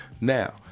Now